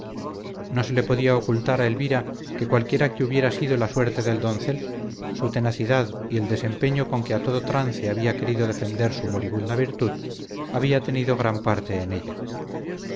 no se le podía ocultar a elvira que cualquiera que hubiera sido la suerte del doncel su tenacidad y el empeño con que a todo trance había querido defender su moribunda virtud había tenido gran parte en ella